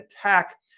attack